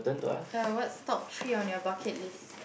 uh what's top three on your bucket list